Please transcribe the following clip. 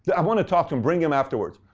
but i want to talk to him. bring him afterwards.